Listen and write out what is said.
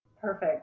perfect